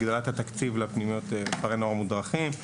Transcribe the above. הגדלת התקציב לפנימיות וכפרי נוער מודרכים.